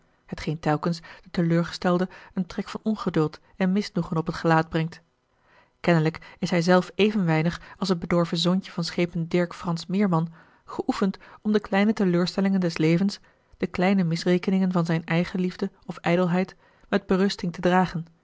telkens den teleurgestelde een trek van ongeduld en misnoegen op het gelaat brengt kennelijk is hij zelf even weinig als het bedorven zoontje van schepen dirk frans meerman geoefend om de kleine teleurstellingen des levens de kleine misrekeningen van zijne eigenliefde of ijdelheid met berusting te dragen